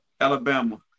Alabama